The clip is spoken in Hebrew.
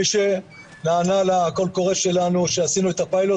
מי שנענה לקול הקורא שלנו שעשינו את הפיילוט